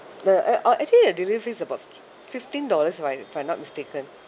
the a uh actually the delivery is above f~ fifteen dollars right if I'm not mistaken